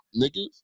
niggas